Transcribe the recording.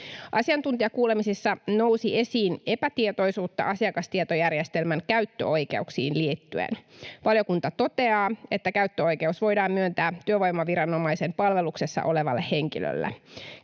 Asiantuntijakuulemisissa nousi esiin epätietoisuutta asiakastietojärjestelmän käyttöoikeuksiin liittyen. Valiokunta toteaa, että käyttöoikeus voidaan myöntää työvoimaviranomaisen palveluksessa olevalle henkilölle.